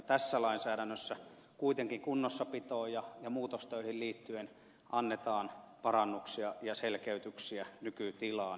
tässä lainsäädännössä kuitenkin kunnossapitoon ja muutostöihin liittyen annetaan parannuksia ja selkeytyksiä nykytilaan